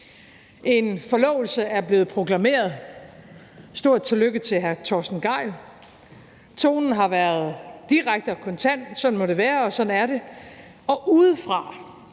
En forlovelse er blevet proklameret – stort tillykke til hr. Torsten Gejl. Tonen har været direkte og kontant, sådan må det være, og sådan er det.